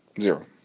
Zero